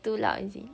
too loud is it